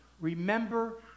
Remember